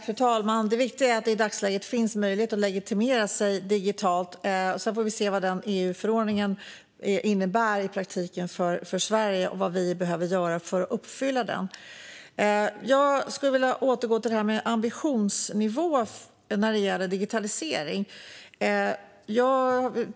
Fru talman! Det viktiga är att det i dagsläget finns möjlighet att legitimera sig digitalt. Vi får se vad EU-förordningen innebär i praktiken för Sverige och vad vi behöver göra för att uppfylla den. Jag skulle vilja återgå till detta med ambitionsnivå när det gäller digitalisering.